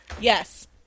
Yes